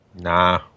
Nah